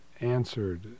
answered